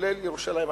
כולל ירושלים המזרחית.